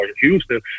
Houston